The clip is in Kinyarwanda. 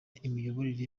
imiyoborere